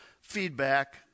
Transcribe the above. feedback